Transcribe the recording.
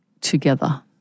together